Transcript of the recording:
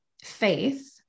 faith